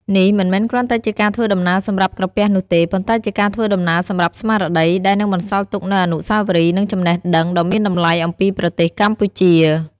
នេះមិនមែនគ្រាន់តែជាការធ្វើដំណើរសម្រាប់ក្រពះនោះទេ ប៉ុន្តែជាការធ្វើដំណើរសម្រាប់ស្មារតី ដែលនឹងបន្សល់ទុកនូវអនុស្សាវរីយ៍ និងចំណេះដឹងដ៏មានតម្លៃអំពីប្រទេសកម្ពុជា។